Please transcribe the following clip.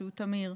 שהוא תמיר,